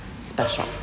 special